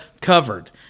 covered